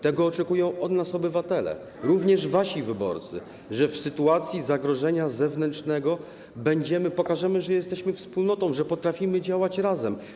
Tego oczekują od nas obywatele, również wasi wyborcy, tego, że w sytuacji zagrożenia zewnętrznego pokażemy, że jesteśmy wspólnotą, że potrafimy działać razem.